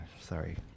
sorry